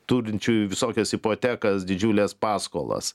turinčiųjų visokias hipotekas didžiules paskolas